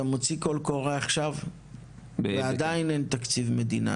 אתה מוציא קול קורא עכשיו ועדיין אין תקציב מדינה,